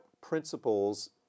principles